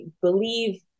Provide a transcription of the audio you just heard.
believe